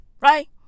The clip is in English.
Right